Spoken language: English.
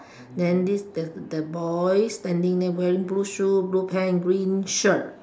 then this the the boy standing there wearing blue shoe blue pant green shirt